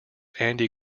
andy